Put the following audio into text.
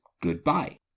goodbye